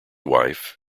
wife